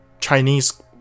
Chinese